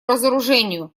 разоружению